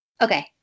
Okay